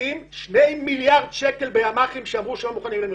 משקיעים שני מיליארד שקל בימ"חים שאמרו שאינם מוכנים למלחמה.